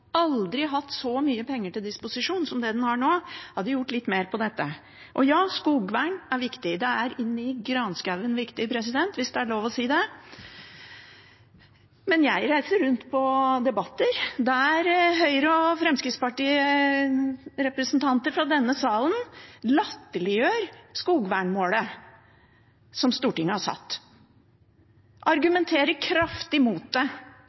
så mye penger til disposisjon som det den har nå, ikke gjorde litt mer med dette. Skogvern er viktig. Det er inn i granskauen viktig – hvis det er lov å si det. Men jeg reiser rundt og deltar i debatter der Høyre- og Fremskrittsparti-representanter fra denne salen latterliggjør skogvernmålet som Stortinget har satt, og argumenterer kraftig mot det